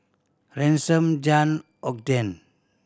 Ransom Jann Ogden